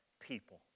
people